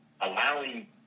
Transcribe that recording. allowing